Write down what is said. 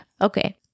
Okay